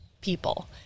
people